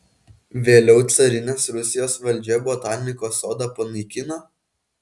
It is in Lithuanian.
vėliau carinės rusijos valdžia botanikos sodą panaikino